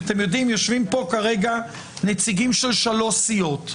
יושבים פה כרגע נציגים של שלוש סיעות,